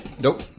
Nope